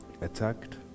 attacked